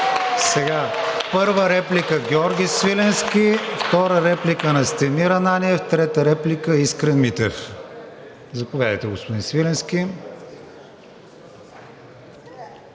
Биков. Първа реплика – Георги Свиленски, втора реплика – Настимир Ананиев, трета реплика – Искрен Митев. Заповядайте, господин Свиленски.